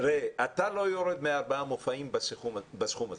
שאתה לא יורד מארבעה מופעים בסכום הזה,